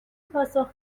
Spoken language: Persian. پاسخ